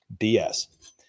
BS